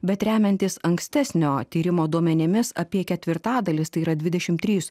bet remiantis ankstesnio tyrimo duomenimis apie ketvirtadalis tai yra dvidešimt trys